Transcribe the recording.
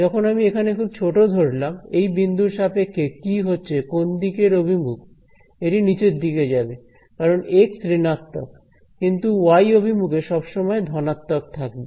যখন আমি এখানে খুব ছোট ধরলাম এই বিন্দুর সাপেক্ষে কি হচ্ছে কোনদিকে এর অভিমুখ এটি নিচের দিকে যাবে কারণ এক্স ঋণাত্মক কিন্তু ওয়াই অভিমুখে সবসময় ধনাত্মক থাকবে